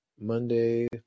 Monday